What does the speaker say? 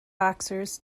boxers